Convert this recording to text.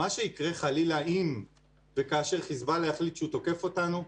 מה שיקרה חלילה אם וכאשר חיזבאללה יחליט שהוא תוקף אותנו,